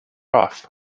off